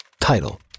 Title